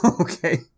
okay